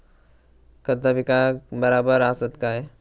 खता पिकाक बराबर आसत काय?